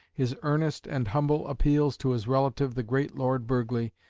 his earnest and humble appeals to his relative the great lord burghley,